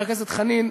חבר הכנסת חנין,